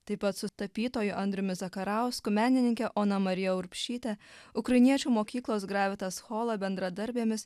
taip pat su tapytoju andriumi zakarausku menininke ona marija urbšytė ukrainiečių mokyklos gravitas chola bendradarbėmis